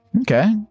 Okay